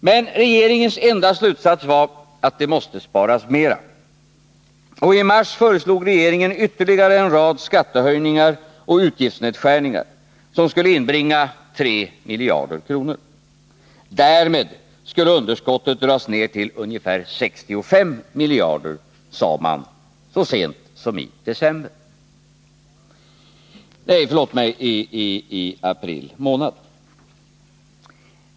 Men regeringens enda slutsats var att det måste sparas mera. I mars föreslog regeringen ytterligare en rad skattehöjningar och utgiftsnedskärningar, som skulle inbringa 3 miljarder kronor. Därmed skulle underskottet dras ned till ungefär 65 miljarder, sade man så sent som i april månad.